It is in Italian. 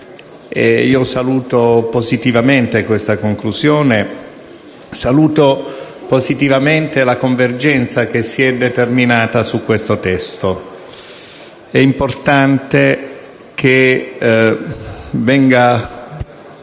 Saluto positivamente questa conclusione e la convergenza che si è determinata su questo testo. È importante che venga